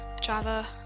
Java